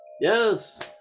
Yes